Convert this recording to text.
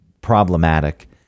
problematic